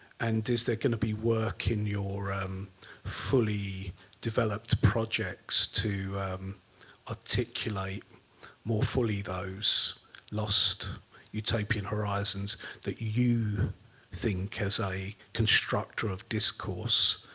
and is there going to be work in your um fully developed projects to articulate more fully those lost utopian horizons that you think, as a constructor of discourse,